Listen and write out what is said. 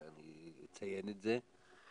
אני אציין את זה.